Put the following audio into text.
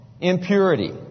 impurity